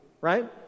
right